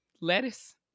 lettuce